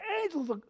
angels